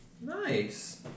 Nice